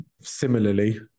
similarly